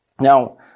Now